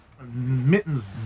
mittens